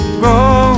grow